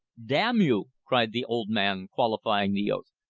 damn you! cried the old man, qualifying the oath,